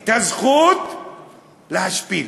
את הזכות להשפיל.